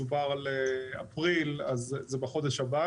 דובר על מכרז באפריל, אז זה בחודש הבא.